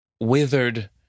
withered